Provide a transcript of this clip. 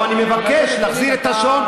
עכשיו אני מבקש להחזיר את השעון,